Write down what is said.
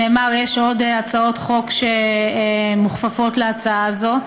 שנאמר, יש הצעות חוק שמוכפפות להצעה זו,